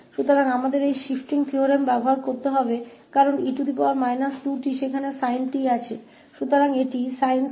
इसलिए हमें इस शिफ्टिंग थ्योरमका उपयोग करने की आवश्यकता है क्योंकि e 2t वहाँ sin 𝑡 के साथ है